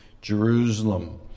Jerusalem